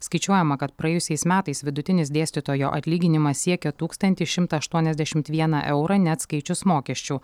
skaičiuojama kad praėjusiais metais vidutinis dėstytojo atlyginimas siekė tūkstantį šimtą aštuoniasdešimt vieną eurą neatskaičius mokesčių